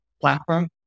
platform